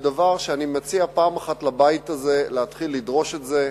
בדבר שאני מציע פעם אחת לבית הזה להתחיל לדרוש את זה,